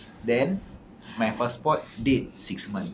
then my passport dead six month